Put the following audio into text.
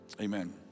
amen